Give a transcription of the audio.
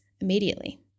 immediately